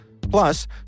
Plus